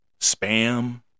spam